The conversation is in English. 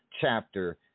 chapter